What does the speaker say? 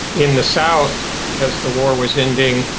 in the south as the war was ending,